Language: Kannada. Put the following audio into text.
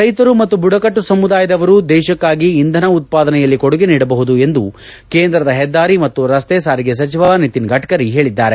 ರೈತರು ಮತ್ತು ಬುಡಕಟ್ಟು ಸಮುದಾಯದವರು ದೇಶಕ್ಕಾಗಿ ಇಂಧನ ಉತ್ಪಾದನೆಯಲ್ಲಿ ಕೊಡುಗೆ ನೀಡಬಹುದು ಎಂದು ಕೇಂದ್ರದ ಹೆದ್ದಾರಿ ಮತ್ತು ರಸ್ತೆ ಸಾರಿಗೆ ಸಚಿವ ನಿತಿನ್ ಗಡ್ಕರಿ ಹೇಳಿದ್ದಾರೆ